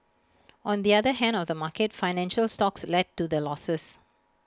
on the other hand of the market financial stocks led to the losses